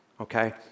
Okay